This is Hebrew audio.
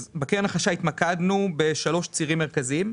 בקרן החדשה התמקדנו בשלושה צירים מרכזיים.